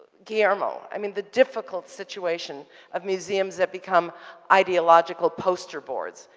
guillermo, i mean, the difficult situation of museums that become ideological poster boards.